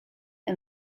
and